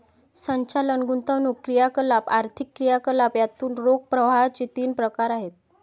संचालन, गुंतवणूक क्रियाकलाप, आर्थिक क्रियाकलाप यातून रोख प्रवाहाचे तीन प्रकार आहेत